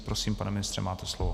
Prosím, pane ministře, máte slovo.